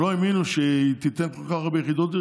שלא האמינו שהיא תיתן כל כך הרבה יחידות דיור,